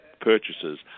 purchases